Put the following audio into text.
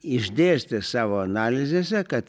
išdėstė savo analizėse kad